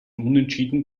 unentschieden